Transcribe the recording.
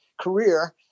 career